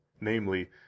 namely